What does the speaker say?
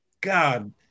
god